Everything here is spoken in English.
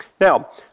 Now